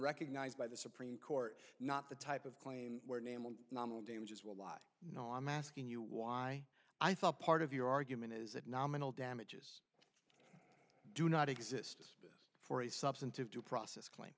recognized by the supreme court not the type of claim where name of damages will lie no i'm asking you why i thought part of your argument is that nominal damages do not exist for a substantive due process claim